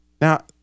Now